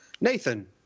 nathan